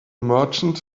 merchant